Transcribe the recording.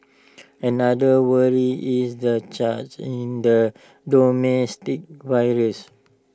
another worry is the charge in the virus